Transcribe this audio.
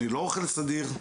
אני לא אוכל סדיר,